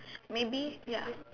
maybe ya